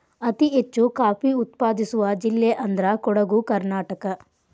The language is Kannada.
ಅತಿ ಹೆಚ್ಚು ಕಾಫಿ ಉತ್ಪಾದಿಸುವ ಜಿಲ್ಲೆ ಅಂದ್ರ ಕೊಡುಗು ಕರ್ನಾಟಕ